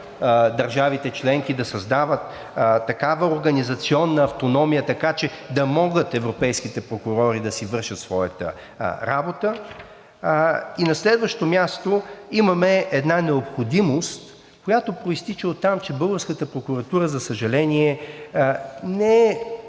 държавите членки да създават такава организационна автономия, така че да могат европейските прокурори да си вършат своята работа. На следващо място, имаме една необходимост, която произтича оттам, че българската прокуратура, за съжаление, не е